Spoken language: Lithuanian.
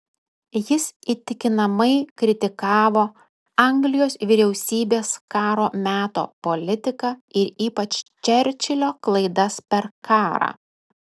jis įtikinamai kritikavo anglijos vyriausybės karo meto politiką ir ypač čerčilio klaidas per karą